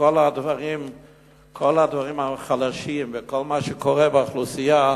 שכל הדברים החלשים וכל מה שקורה באוכלוסייה,